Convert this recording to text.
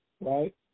right